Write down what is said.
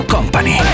Company